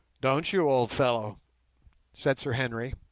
don't you, old fellow said sir henry